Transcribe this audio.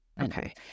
Okay